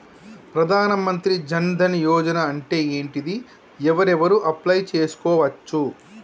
ప్రధాన మంత్రి జన్ ధన్ యోజన అంటే ఏంటిది? ఎవరెవరు అప్లయ్ చేస్కోవచ్చు?